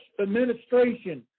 administration